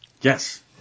Yes